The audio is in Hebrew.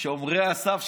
שומרי הסף,